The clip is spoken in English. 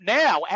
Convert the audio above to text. now